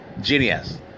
Genius